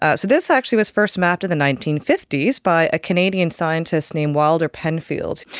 ah so this actually was first mapped in the nineteen fifty s by a canadian scientist named wilder penfield.